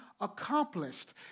accomplished